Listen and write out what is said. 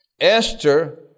Esther